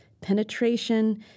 penetration